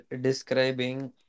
describing